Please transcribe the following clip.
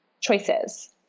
choices